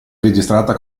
registrata